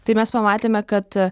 tai mes pamatėme kad